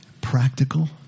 Practical